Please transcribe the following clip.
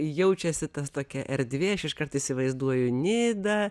jaučiasi tas tokia erdvė aš iškart įsivaizduoju nidą